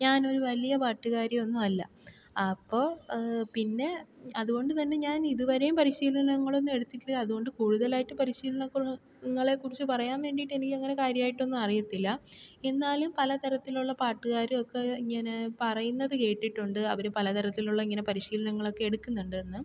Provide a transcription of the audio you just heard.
ഞാനൊരു വലിയ പാട്ടുകാരി ഒന്നും അല്ല അപ്പോൾ പിന്നെ അതുകൊണ്ടുതന്നെ ഞാൻ ഇതുവരെയും പരിശീലനങ്ങളൊന്നും എടുത്തിട്ട് അതുകൊണ്ട് കൂടുതലായിട്ട് പരിശീലനങ്ങളെ കുറിച്ച് പറയാൻ വേണ്ടിയിട്ട് എനിക്കങ്ങനെ കാര്യമായിട്ട് ഒന്നും അറിയത്തില്ല എന്നാലും പലതരത്തിലുള്ള പാട്ടുകാരും ഒക്കെ ഇങ്ങനെ പറയുന്നത് കേട്ടിട്ടുണ്ട് അവര് പലതരത്തിലുള്ള ഇങ്ങനെ പരിശീലനങ്ങൾ ഒക്കെ എടുക്കുന്നുണ്ട് എന്ന്